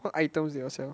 what items do y'all sell